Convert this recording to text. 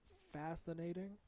fascinating